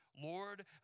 Lord